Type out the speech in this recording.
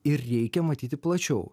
ir reikia matyti plačiau